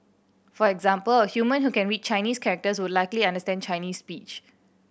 for example a human who can read Chinese characters would likely understand Chinese speech